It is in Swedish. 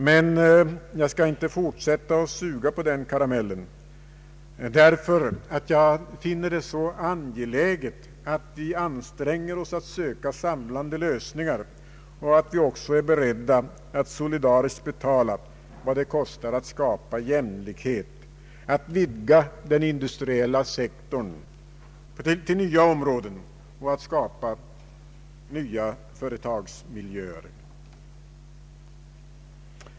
Men jag skall inte fortsätta att suga på den karamellen, därför att jag finner det så angeläget att vi anstränger oss att söka samlande lösningar, och att vi också är beredda att solidariskt betala vad det kostar att skapa jämlikhet, att vidga den industriella sektorn till nya områden och att skapa nya företagsmiljöer.